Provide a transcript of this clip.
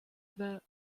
über